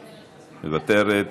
מוותרת,